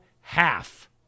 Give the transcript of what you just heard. half